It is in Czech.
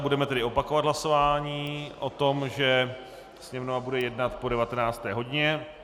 Budeme tedy opakovat hlasování o tom, že Sněmovna bude jednat po 19. hodině.